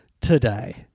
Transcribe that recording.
today